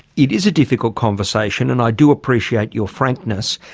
it is a difficult conversation and i do appreciate your frankness.